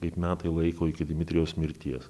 kaip metai laiko iki dmitrijaus mirties